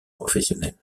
professionnel